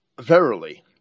verily